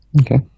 Okay